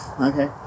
okay